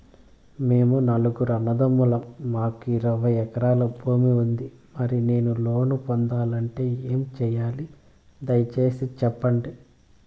మేము నలుగురు అన్నదమ్ములం మాకు ఇరవై ఎకరాల భూమి ఉంది, మరి నేను లోను పొందాలంటే ఏమి సెయ్యాలి? దయసేసి సెప్పండి?